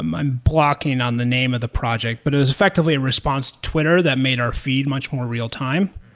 i'm i'm blocking on the name of the project, but it was effectively ah response to twitter that made our feed much more real time.